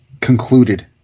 concluded